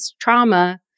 trauma